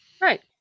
right